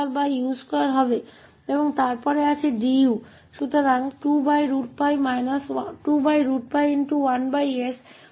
तो 2𝜋1s हमारे यहां 𝜋2 है और फिर घटा यह इंटीग्रल 𝐼 है